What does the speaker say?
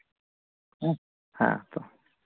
ᱦᱮᱸ ᱛᱚ